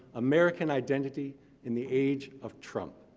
american identity in the age of trump.